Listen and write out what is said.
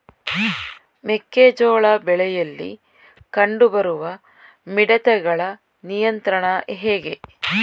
ಮೆಕ್ಕೆ ಜೋಳ ಬೆಳೆಯಲ್ಲಿ ಕಂಡು ಬರುವ ಮಿಡತೆಗಳ ನಿಯಂತ್ರಣ ಹೇಗೆ?